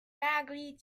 bagley